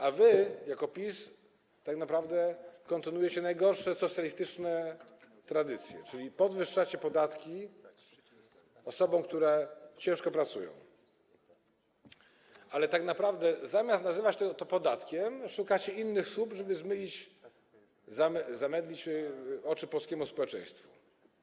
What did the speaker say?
A wy jako PiS tak naprawdę kontynuujecie najgorsze socjalistyczne tradycje, czyli podwyższacie podatki osobom, które ciężko pracują, ale tak naprawdę zamiast nazywać to podatkiem, szukacie innych słów, żeby zamydlić oczy polskiemu społeczeństwu.